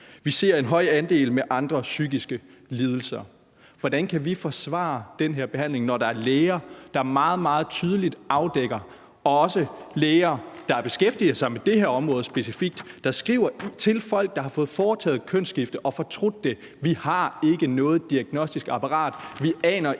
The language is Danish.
Vi ser en høj andel med andre psykiske lidelser. Hvordan kan vi forsvare den her behandling, når der er læger, der meget, meget tydeligt afdækker det, og når der også er læger, der beskæftiger sig med det her område specifikt, som skriver til folk, der har fået foretaget kønsskifte og fortrudt det: Vi har ikke noget diagnostisk apparat; vi aner ikke,